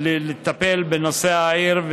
לטפל בנושא העיר,